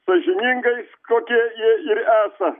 sąžiningais kokie jie ir esą